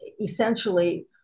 essentially